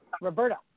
Roberta